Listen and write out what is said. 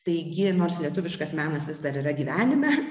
taigi nors lietuviškas menas vis dar yra gyvenime